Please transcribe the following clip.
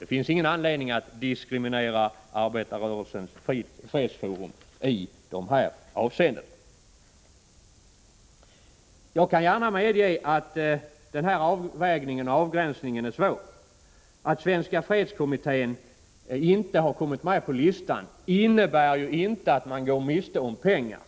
Det finns ingen anledning att diskriminera Arbetarrörelsens fredsforum i de här avseendena. Jag kan gärna medge att avgränsningen är svår. Att Svenska fredskommitténinte har kommit med på listan innebär ju inte att den går miste om pengar.